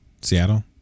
Seattle